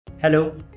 Hello